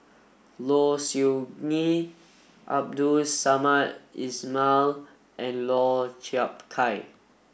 Low Siew Nghee Abdul Samad Ismail and Lau Chiap Khai